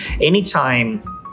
Anytime